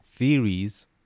Theories